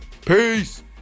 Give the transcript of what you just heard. Peace